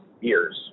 years